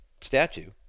statue